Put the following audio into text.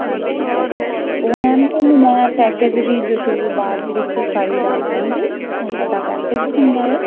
ਹਾਂਜੀ ਉਹ ਮੈਮ ਤੁਹਾਨੂੰ ਮੈਂ ਪੈਕੇਜ ਪੈਕੇਜ ਦੀ ਡਿਟੇਲ ਬਾਅਦ ਵਿੱਚ ਸਾਰਾ ਦੱਸ ਦਵਾਂਗੀ ਉਹ ਸਾਡਾ ਪੈਕੇਜ ਹੁੰਦਾ ਹੈ